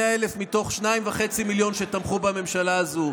100,000 מתוך שניים וחצי מיליון שתמכו בממשלה הזו.